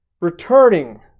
returning